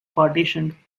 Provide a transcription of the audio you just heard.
partitioned